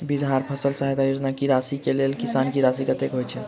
बिहार फसल सहायता योजना की राशि केँ लेल किसान की राशि कतेक होए छै?